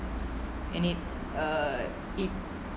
and it uh it